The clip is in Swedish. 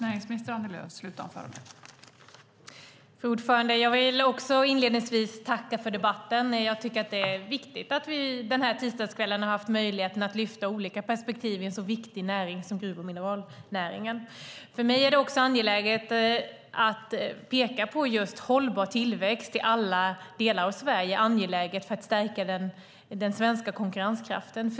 Fru talman! Jag vill inledningsvis tacka för debatten. Jag tycker att det är viktigt att vi den här tisdagskvällen har haft möjligheten att lyfta fram olika perspektiv i en så viktig näring som gruv och mineralnäringen. För mig är det också angeläget att peka på just hållbar tillväxt i alla delar av Sverige för att stärka den svenska konkurrenskraften.